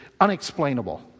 unexplainable